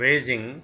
Beijing